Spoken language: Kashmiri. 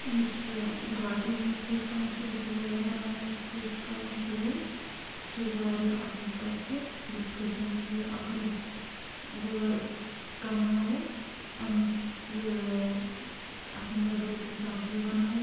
یُس یہِ گارڈنِنٛگ چھِ أسۍ کران شروع یُس یہِ وٲر بَناوٕنۍ چھِ أسۍ کران شُروع یہِ چھِ واریاہ اصٕل پرٛیٚکٹِس یِتھۍ کٲٹھۍ زِ اَگر أسۍ وٲر کَماوو اَمہِ یہِ ٲں اَتھ منٛز اَگر أسۍ یہِ سَبزی بَناوو